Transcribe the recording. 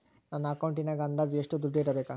ನನ್ನ ಅಕೌಂಟಿನಾಗ ಅಂದಾಜು ಎಷ್ಟು ದುಡ್ಡು ಇಡಬೇಕಾ?